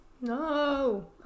No